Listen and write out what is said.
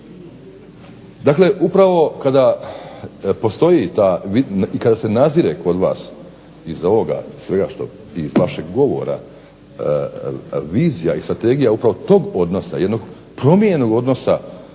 Dakle, upravo kada postoji ta i kada se nazire kod vas iz ovoga svega što i iz vašeg govora vizija i strategija upravo tog odnosa, jednog promijenjenog odnosa